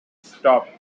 stopped